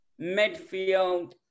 Midfield